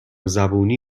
زبونی